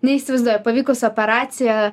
neįsivaizduoju pavykus operacija